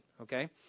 okay